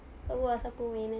tahu ah siapa main kan